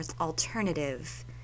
alternative